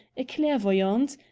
a clairvoyant,